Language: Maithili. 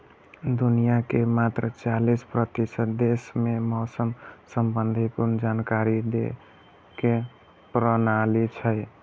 दुनिया के मात्र चालीस प्रतिशत देश मे मौसम संबंधी पूर्व जानकारी दै के प्रणाली छै